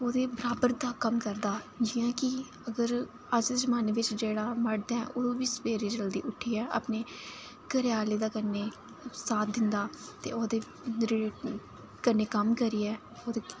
ओह्दे बराबर दा कम्म करदा जि'यां कि अगर अज्ज दे जमाने बिच जेह्ड़ा मर्द ऐ ओह् बी सबेरे जल्दी उट्ठियै अपने घरें आह्लें दे कन्नै साथ दिंदा ते ओह्दे कन्नै कम्म करियै ओह्दे